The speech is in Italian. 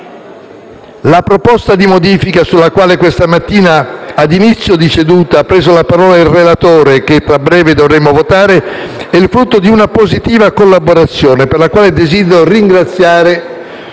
La proposta di modifica, sulla quale questa mattina ad inizio di seduta ha preso la parola il relatore e che tra breve dovremmo votare, è frutto di una positiva collaborazione per la quale desidero ringraziare